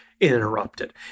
interrupted